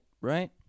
right